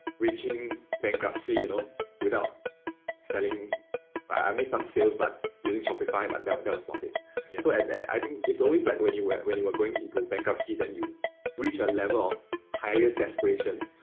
reaching bankruptcy, you know without selling i made some sales but using shopify but and but never spotted so and i think it's always like when you when you were going into bankruptcy than you reach a level highest desperation,